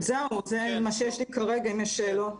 זהו, זה מה שיש לי כרגע, אם יש שאלות.